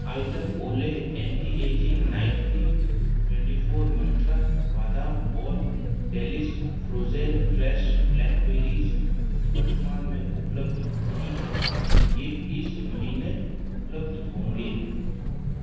item Olay anti ageing night cream twenty four Mantra बादाम और delish frozen fresh blackberries वर्तमान में उपलब्ध नहीं हैं ये इस महीने उपलब्ध होंगे